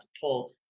pull